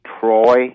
Troy